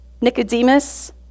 Nicodemus